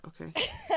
Okay